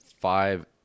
five